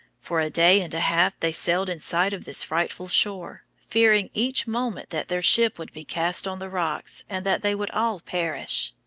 for a day and a half they sailed in sight of this frightful shore, fearing each moment that their ship would be cast on the rocks and that they would all perish.